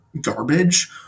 garbage